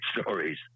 stories